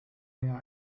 eher